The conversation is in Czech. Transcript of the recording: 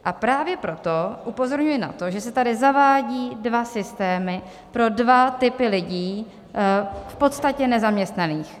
A právě proto upozorňuji na to, že se tady zavádí dva systémy pro dva typy lidí, v podstatě nezaměstnaných.